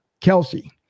Kelsey